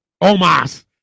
omas